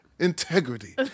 integrity